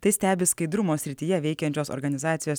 tai stebi skaidrumo srityje veikiančios organizacijos